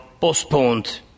postponed